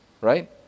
right